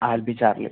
Albi Charlie